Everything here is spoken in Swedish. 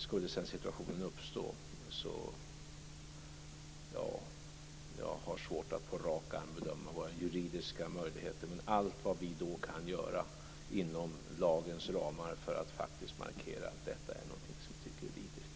Skulle sedan situationen uppstå har jag svårt att på rak arm bedöma våra juridiska möjligheter, men då får vi göra allt vad vi kan inom lagens ramar för att faktiskt markera att detta är något som vi tycker är vidrigt.